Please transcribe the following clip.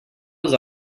was